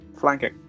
Flanking